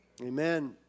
Amen